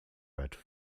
red